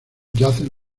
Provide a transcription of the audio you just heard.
yacen